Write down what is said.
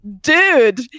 dude